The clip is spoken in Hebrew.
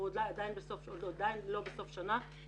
אנחנו עדיין לא בסוף שנה.